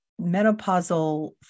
menopausal